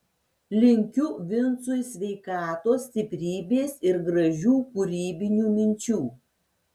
linkiu vincui sveikatos stiprybės ir gražių kūrybinių minčių